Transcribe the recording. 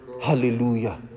Hallelujah